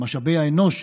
משאבי האנוש,